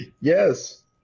yes